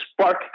spark